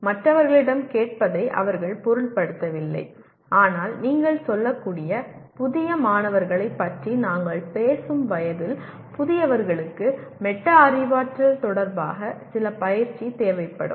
மற்றவர்களிடம் கேட்பதை அவர்கள் பொருட்படுத்தவில்லை ஆனால் நீங்கள் சொல்லக்கூடிய புதிய மாணவர்களைப் பற்றி நாங்கள் பேசும் வயதில் புதியவர்களுக்கு மெட்டா அறிவாற்றல் தொடர்பாக சில பயிற்சி தேவைப்படும்